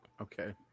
Okay